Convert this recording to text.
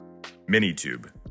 Minitube